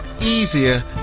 easier